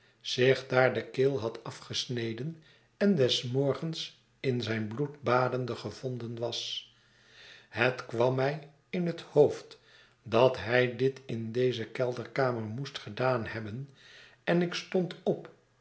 zich daar de keel had afgesneden en des morgens in zijn bloed badende gevonden was het kwam mij in het hoofd dat hij dit in deze kelderkamer moest gedaan hebben en ik stond op